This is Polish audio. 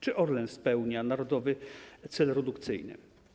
Czy Orlen spełnia narodowy cel redukcyjny?